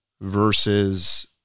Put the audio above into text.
versus